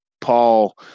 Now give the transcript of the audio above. Paul